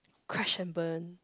crash and burn